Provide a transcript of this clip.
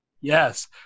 Yes